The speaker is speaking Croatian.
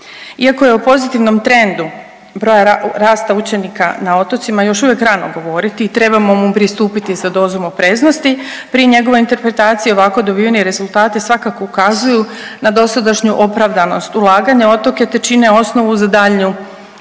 Iako je o pozitivnom trendu broja rasta učenika na otocima još uvijek rano govoriti i trebamo mu pristupiti sa dozom opreznosti pri njegovoj interpretaciji, ovako dobiveni rezultati svakako ukazuju na dosadašnju opravdanost ulaganja u otoke te čine osnovu za daljnju